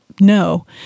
no